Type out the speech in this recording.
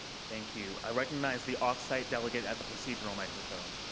thank you. i recognize the off-site delegate at the procedural microphone.